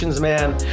man